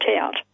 out